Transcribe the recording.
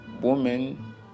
woman